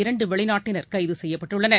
இரண்டு வெளிநாட்டினர் கைது செய்யப்பட்டுள்ளனர்